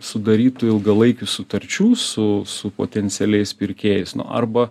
sudarytų ilgalaikių sutarčių su su potencialiais pirkėjais arba